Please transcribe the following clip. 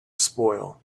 spoil